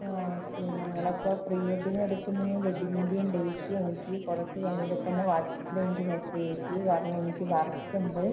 ആ ഓക്കെ നിങ്ങളപ്പോള് pre wedding എടുക്കുന്നതിന്റെയും വെഡ്ഡിംഗിൻ്റെയും ഡേയ്റ്റ് എനിക്ക് കുറച്ച് കഴിയുമ്പോള് തന്നെ വാട്സപ്പില് എനിക്ക് മെസ്സേജ് അയയ്ക്കൂ കാരണം എനിക്ക് വർക്കുണ്ട്